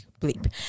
bleep